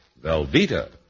Velveeta